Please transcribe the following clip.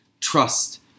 trust